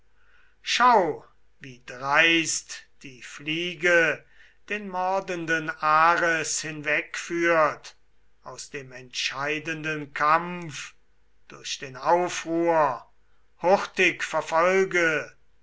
schau wie dreist die fliege den mordenden ares hinwegführt aus dem entscheidenden kampf durch den aufruhr hurtig verfolge